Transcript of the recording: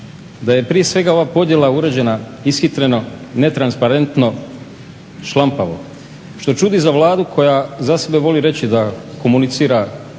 da je prije svega ova podjela urađena ishitreno, netransparentno, šlampavo što čudi za Vladu koja za sebe voli reći da komunicira